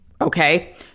okay